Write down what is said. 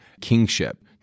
kingship